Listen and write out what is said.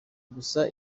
gusa